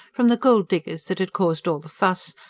from the gold-diggers' that had caused all the fuss,